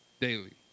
daily